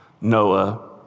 Noah